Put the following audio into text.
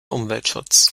umweltschutz